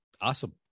awesome